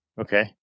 Okay